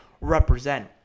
represent